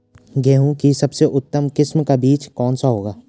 गेहूँ की सबसे उत्तम किस्म का बीज कौन सा होगा?